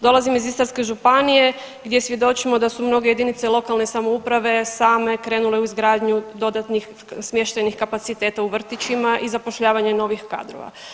Dolazim iz Istarske županije gdje svjedočimo da su mnoge jedinice lokalne samouprave same krenule u izgradnju dodatnih smještajnih kapaciteta u vrtićima i zapošljavanje novih kadrova.